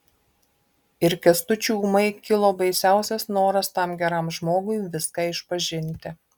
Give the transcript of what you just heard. ir kęstučiui ūmai kilo baisiausias noras tam geram žmogui viską išpažinti